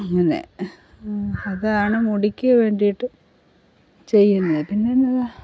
അങ്ങനെ അതാണ് മുടിക്ക് വേണ്ടിയിട്ട് ചെയ്യുന്നത് പിന്നെ എന്നതാണ്